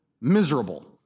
miserable